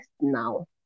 now